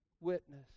witness